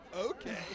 Okay